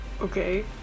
okay